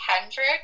Kendrick